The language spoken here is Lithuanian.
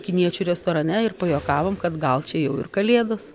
kiniečių restorane ir pajuokavom kad gal čia jau ir kalėdos